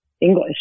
English